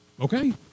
Okay